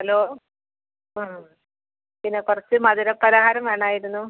hello ആ പിന്നെ കുറച്ച് മധുര പലഹാരം വേണമായിരുന്നു